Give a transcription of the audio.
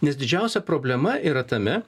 nes didžiausia problema yra tame